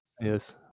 Yes